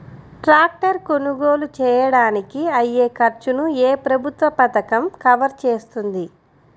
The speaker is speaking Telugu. ట్రాక్టర్ కొనుగోలు చేయడానికి అయ్యే ఖర్చును ఏ ప్రభుత్వ పథకం కవర్ చేస్తుంది?